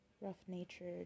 rough-natured